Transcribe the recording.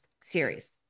series